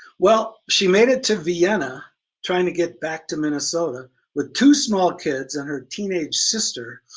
well she made it to vienna trying to get back to minnesota with two small kids and her teenage sister.